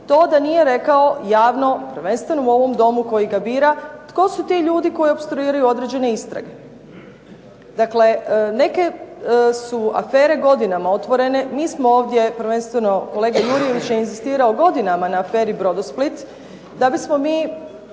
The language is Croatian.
to da nije rekao javno, prvenstveno u ovom Domu koji ga bira, tko su ti ljudi koji opstruiraju određene istrage. Dakle, neke su afere godinama otvorene. Mi smo ovdje prvenstveno, kolega Jurjević je inzistirao, godinama na aferi Brodosplit da bismo mi